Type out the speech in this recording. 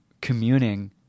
communing